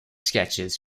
sketches